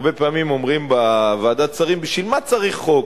הרבה פעמים אומרים בוועדת השרים: בשביל מה צריך חוק?